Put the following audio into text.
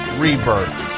rebirth